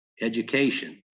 Education